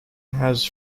has